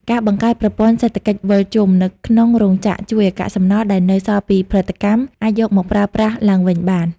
ការបង្កើតប្រព័ន្ធសេដ្ឋកិច្ចវិលជុំ នៅក្នុងរោងចក្រ ជួយឱ្យកាកសំណល់ដែលនៅសល់ពីផលិតកម្ម អាចយកមកប្រើប្រាស់ឡើងវិញបាន។